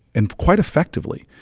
and quite effectively,